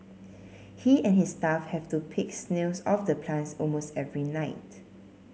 he and his staff have to pick snails off the plants almost every night